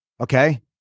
okay